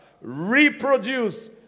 reproduce